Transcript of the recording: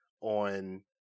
on